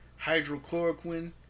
hydrochloroquine